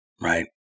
right